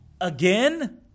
again